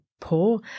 poor